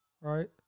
right